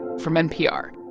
from npr